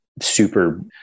super